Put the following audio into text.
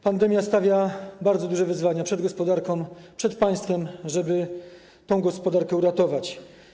Pandemia stawia bardzo duże wyzwania przed gospodarką, przed państwem, dotyczące tego, żeby tę gospodarkę uratować.